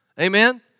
Amen